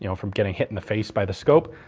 you know from getting hit in the face by the scope.